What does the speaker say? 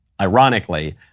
ironically